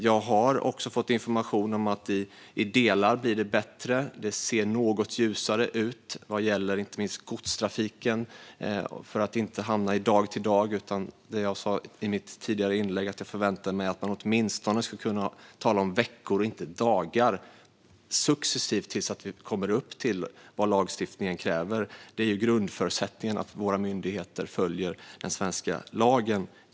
Jag har också fått information om att det i vissa delar blir bättre. Det ser något ljusare ut vad gäller inte minst godstrafiken när det gäller att man inte ska hamna i en planering från dag till dag. Som jag sa i mitt tidigare inlägg förväntar jag mig att man åtminstone ska kunna tala om veckor och inte dagar successivt tills man kommer upp till det som lagstiftningen kräver. Det är givetvis grundförutsättningen att våra myndigheter följer den svenska lagen.